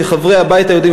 כחברי הבית היהודי,